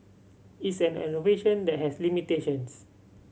it's an innovation that has limitations